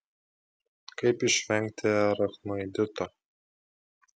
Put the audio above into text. kaip išvengti arachnoidito